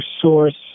source